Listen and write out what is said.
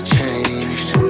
changed